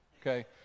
Okay